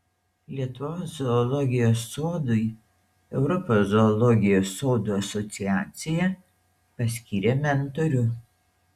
lietuvos zoologijos sodui europos zoologijos sodų asociacija paskyrė mentorių